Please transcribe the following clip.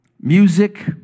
music